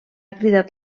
cridat